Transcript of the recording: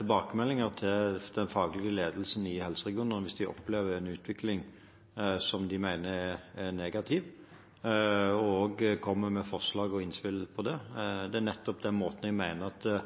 tilbakemeldinger til den faglige ledelsen i helseregionene hvis de opplever en utvikling som de mener er negativ, og at de kommer med forslag og innspill om det. Det er nettopp på den måten jeg mener vi